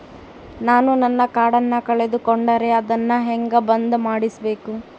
ನಾನು ನನ್ನ ಕಾರ್ಡನ್ನ ಕಳೆದುಕೊಂಡರೆ ಅದನ್ನ ಹೆಂಗ ಬಂದ್ ಮಾಡಿಸಬೇಕು?